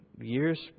years